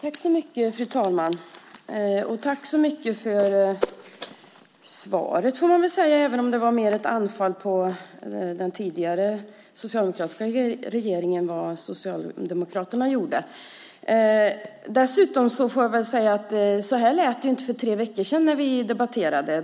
Fru talman! Tack så mycket för svaret, får jag väl säga, även om det mer var ett anfall på den tidigare socialdemokratiska regeringen och på det som Socialdemokraterna gjorde. Dessutom kan jag säga att det inte lät så här för tre veckor sedan när vi debatterade.